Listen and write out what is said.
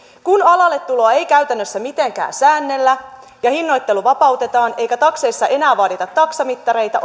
kun alalle tuloa ei käytännössä mitenkään säännellä ja hinnoittelu vapautetaan eikä takseissa enää vaadita taksamittareita